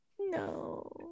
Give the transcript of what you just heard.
No